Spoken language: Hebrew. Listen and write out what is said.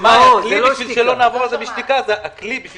הכלי כדי לא לעבור על זה בשתיקה זה הוועדה.